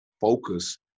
focus